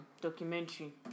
Documentary